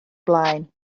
blaen